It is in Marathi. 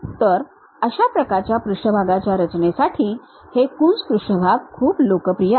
तर अशा प्रकारच्या पृष्ठभागाच्या रचनेसाठी हे कून्स पृष्ठभाग खूप लोकप्रिय आहेत